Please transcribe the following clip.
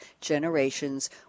generations